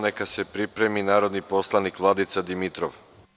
Neka se pripremi narodni poslanik Vladica Dimitrov.